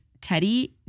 Teddy